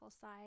side